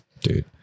dude